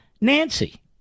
nancy